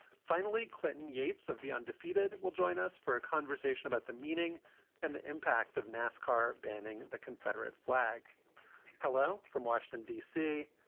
finally, clinton yates of the undefeated will join us for a conversation about the meaning and the impact of nascar banning the confederate flag hello from washington, d c,